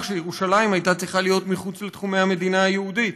שירושלים הייתה צריכה להיות מחוץ לתחומי המדינה היהודית.